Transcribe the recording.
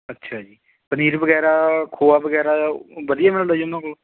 ਅੱਛਾ ਜੀ ਪਨੀਰ ਵਗੈਰਾ ਖੋਆ ਵਗੈਰਾ ਵਧੀਆ ਮਿਲਦਾ ਜੀ ਉਹਨਾਂ ਕੋਲ